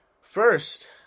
first